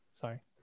Sorry